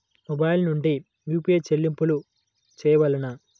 Mobile నుండే UPI చెల్లింపులు చేయవలెనా?